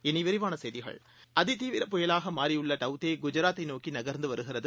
இனிவிரிவானசெய்திகள் அதிதீவிர புயலாகமாறியுள்ளடவ் தேகுஜராத்தைநோக்கிநகா்ந்துவருகிறது